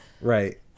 Right